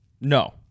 no